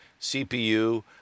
CPU